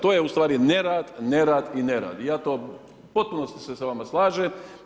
To je ustvari nerad, nerad i nerad i ja to, u potpunosti se sa vama slažem.